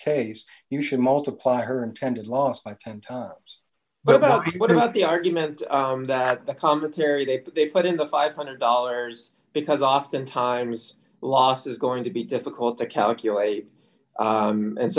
case you should multiply her intended loss by ten times but about what about the argument that the commentary they put they put in the five hundred dollars because often times lost is going to be difficult to calculate